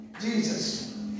Jesus